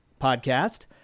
podcast